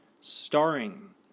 starring